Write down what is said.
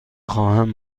خواهم